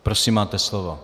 Prosím, máte slovo.